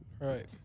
Right